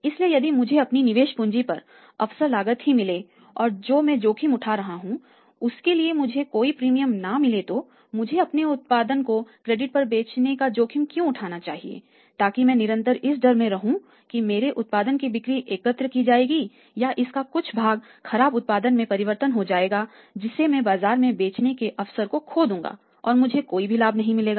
इसलिए यदि मुझे अपनी निवेश पूंजी की अवसर लागत ही मिले और जो मैं जोखिम उठा रहा हूं उसके लिए मुझे कोई प्रीमियम ना मिले तो मुझे अपने उत्पादन को क्रेडिट पर बेचने का जोखिम क्यों उठाना चाहिए ताकि मैं निरंतर इस डर में रहूं कि मेरे उत्पादन की बिक्री एकत्र की जाएगी या इसका कुछ भाग खराब उत्पादन में परिवर्तन हो जाएगा जिससे मैं बाजार में बिक्री के अवसर को खो दूंगा और मुझे कोई भी लाभ नहीं मिलेगा